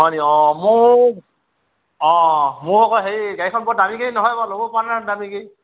হয়নি অঁ মোক অঁ মোক আকৌ হেই গাড়ীখন বৰ দামী গাড়ী নহয় ল'ব পৰা নাই দামী গাড়ী